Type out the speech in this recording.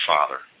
Father